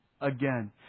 again